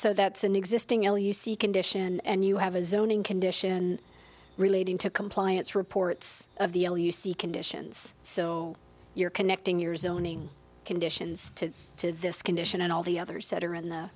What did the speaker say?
so that's an existing l you see condition and you have a zoning condition relating to compliance reports of the l u c conditions so you're connecting years owning conditions to to this condition and all the others that are in the